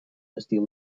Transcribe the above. estil